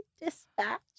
dispatch